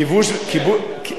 כיבוש, כיבוש.